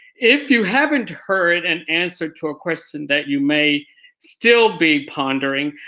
if you haven't heard an answer to a question that you may still be pondering,